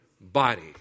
body